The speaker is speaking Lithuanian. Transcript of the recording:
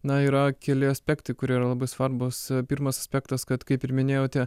na yra keli aspektai kurie yra labai svarbūs pirmas aspektas kad kaip ir minėjote